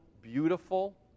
beautiful